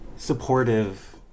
supportive